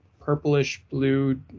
purplish-blue